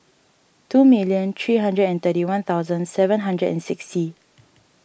two million three hundred and thirty one thousand seven hundred and sixty